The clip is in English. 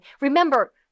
Remember